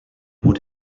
would